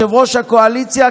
וליושב-ראש הקואליציה,